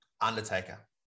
Undertaker